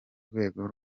rwego